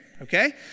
Okay